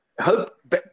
Hope